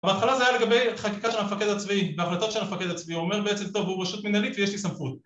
בהתחלה זה היה לגבי חקיקה של המפקד הצבאי, בהחלטות של המפקד הצבאי, הוא אומר בעצם טוב, הוא רשות מנהלית ויש לי סמכות